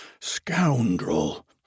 scoundrel